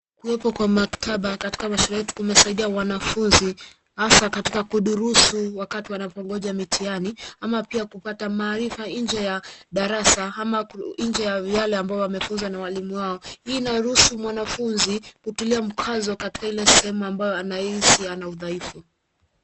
Kuwepo kwa maktaba katika mashule yetu kumesaida wanafunzi hasa katika kudurusu wakati wanapongoja mitihani ama pia kupata maarifa nje ya darasa ama nje ya yale ambayo wamefunzwa na walimu wao. Hii inaruhusu mwanafunzi kutilia mkazo katika ile sehemu ambayo anahisi ana udhaifu.